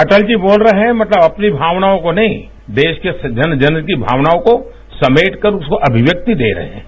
अटल जी बोल रहे है मतलब अपनी भावनाओं को नहीं देश के जन जन की भावनाओं को समेटकर उसको अभिव्यक्ति दे रहे हैं